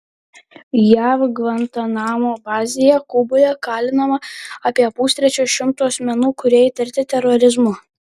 jav gvantanamo bazėje kuboje kalinama apie pustrečio šimto asmenų kurie įtarti terorizmu